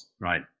right